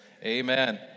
amen